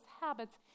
habits